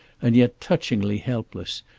and yet touchingly helpless,